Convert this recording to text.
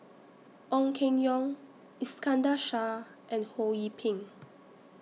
Ong Keng Yong Iskandar Shah and Ho Yee Ping